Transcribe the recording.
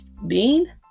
Bean